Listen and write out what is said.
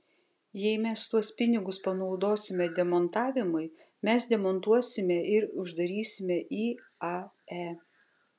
jei mes tuos pinigus panaudosime demontavimui mes demontuosime ir uždarysime iae